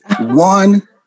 one